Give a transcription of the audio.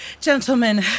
gentlemen